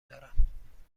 دارم